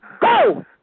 Go